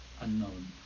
unknown